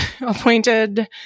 appointed